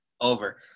Over